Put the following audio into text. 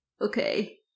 Okay